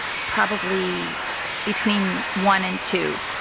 probably between one and two.